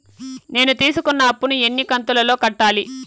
నేను తీసుకున్న అప్పు ను ఎన్ని కంతులలో కట్టాలి?